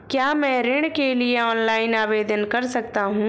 क्या मैं ऋण के लिए ऑनलाइन आवेदन कर सकता हूँ?